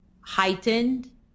heightened